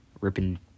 ripping